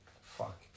fuck